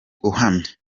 uhamye